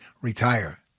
retire